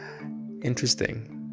Interesting